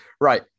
Right